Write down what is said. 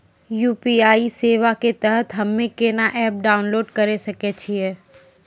UPI सेवा के तहत हम्मे केना एप्प डाउनलोड करे सकय छियै?